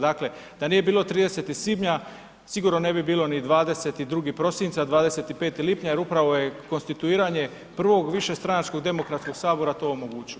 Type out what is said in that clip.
Dakle, da nije bilo 30. svibnja sigurno ne bi bilo 22. prosinca, 25. lipnja jer upravo je konstituiranje prvog višestranačkog demokratskog sabora to omogućilo.